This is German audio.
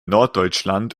norddeutschland